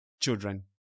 children